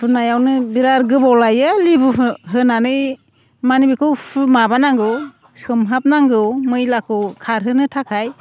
हुनायावनो बिराद गोबाव लायो लेबु होनानै माने बेखौ हु माबा नांगौ सोमहाबनांगौ मैलाखौ खारहोनो थाखाय